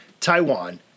Taiwan